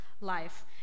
life